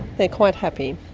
they're quite happy.